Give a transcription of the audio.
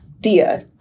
Dia